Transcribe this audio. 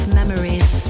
memories